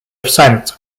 ascent